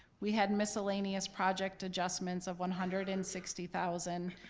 we had miscellaneous project adjustments of one hundred and sixty thousand,